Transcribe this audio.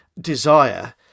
desire